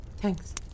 thanks